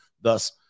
Thus